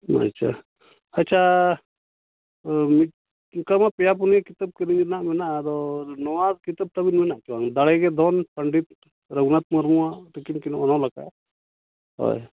ᱟᱪᱪᱷᱟ ᱟᱪᱪᱷᱟ ᱚᱱᱠᱟ ᱢᱟ ᱯᱮᱭᱟ ᱯᱩᱱᱭᱟ ᱠᱤᱛᱟᱹᱵ ᱠᱤᱨᱤᱧ ᱨᱮᱱᱟᱜ ᱢᱮᱱᱟᱜᱼᱟ ᱟᱫᱚ ᱱᱚᱣᱟ ᱠᱤᱛᱟᱹᱵ ᱛᱟᱵᱮᱱ ᱢᱮᱱᱟᱜ ᱟᱥᱮ ᱵᱟᱝ ᱫᱟᱲᱮᱜᱮ ᱫᱷᱚᱱ ᱯᱚᱸᱰᱤᱛ ᱨᱚᱜᱷᱩᱱᱟᱛ ᱢᱩᱨᱢᱩᱣᱟᱜ ᱛᱟᱹᱠᱤᱱ ᱠᱤᱱ ᱚᱱᱚᱞ ᱟᱠᱟᱜᱼᱟ ᱦᱳᱭ